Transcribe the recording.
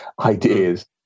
ideas